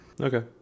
Okay